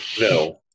no